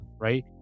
right